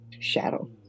shadow